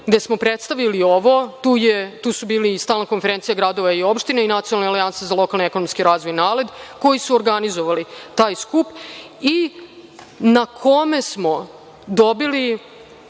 gde smo predstavili ovo. Tu je bila i Stalna konferencija gradova i opština i Nacionalna alijansa za lokalni ekonomski razvoj NALED koji su organizovali taj skup i na kome smo dobili,